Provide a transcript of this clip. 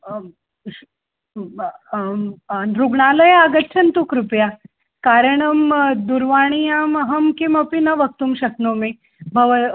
आम् आं रुग्णालये आगच्छन्तु कृपया कारणं दूर्वाण्यामहं किमपि न वक्तुं शक्नोमि भवान्